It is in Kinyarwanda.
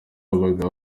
habaga